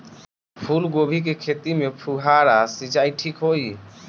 फूल गोभी के खेती में फुहारा सिंचाई ठीक होई?